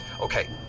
Okay